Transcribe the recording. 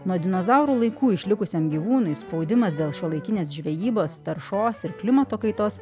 nuo dinozaurų laikų išlikusiam gyvūnui spaudimas dėl šiuolaikinės žvejybos taršos ir klimato kaitos